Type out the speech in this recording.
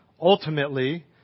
Ultimately